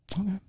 Okay